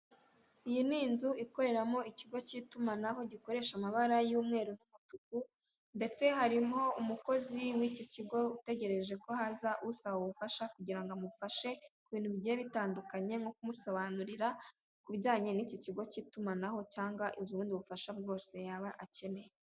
Iyi ni inzu ikoreramo ikigo cy'itumanaho gikoresha amabara y'umweru n'umutuku ndetse harimo umukozi w'iki kigo utegereje ko haza usaba ubufasha kugira ngo amufashe bintu bigiye bitandukanye, nko kumusobanurira ku ibijyanye n'iki kigo cy'itumanaho cyanga ubundi bufasha bwose yaba akeneye.